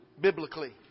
Biblically